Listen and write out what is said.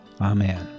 Amen